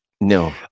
No